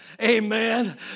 Amen